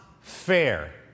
fair